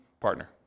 partner